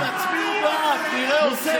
אז תצביעו בעד, נראה אתכם, תצביעו בעד.